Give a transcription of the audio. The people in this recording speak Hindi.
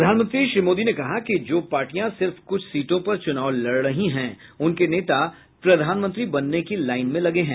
प्रधानमंत्री श्री मोदी ने कहा कि जो पार्टियां सिर्फ कुछ सीटों पर चुनाव लड़ रही हैं उनके नेता प्रधानमंत्री बनने की लाइन में लगे हैं